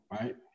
right